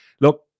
Look